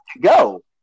Go